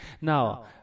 Now